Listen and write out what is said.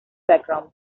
background